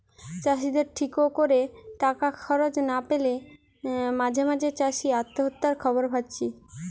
চাষিদের ঠিক কোরে টাকা খরচ না পেলে মাঝে মাঝে চাষি আত্মহত্যার খবর পাচ্ছি